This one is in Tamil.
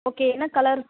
ஓகே என்ன கலர்